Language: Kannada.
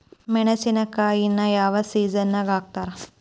ಮೆಣಸಿನಕಾಯಿನ ಯಾವ ಸೇಸನ್ ನಾಗ್ ಹಾಕ್ತಾರ?